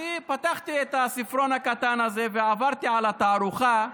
אני פתחתי את הספרון הקטן הזה ועברתי על התערוכה,